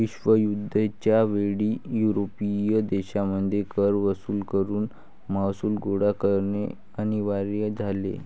विश्वयुद्ध च्या वेळी युरोपियन देशांमध्ये कर वसूल करून महसूल गोळा करणे अनिवार्य झाले